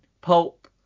pulp